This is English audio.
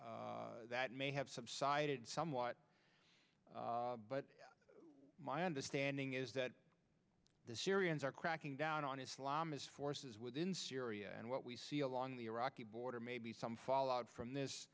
that may have subsided somewhat but my understanding is that the syrians are cracking down on islam as forces within syria and what we see along the iraqi border may be some fall out from this